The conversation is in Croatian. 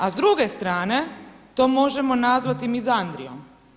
A s druge strane to možemo nazvati mizandrijom.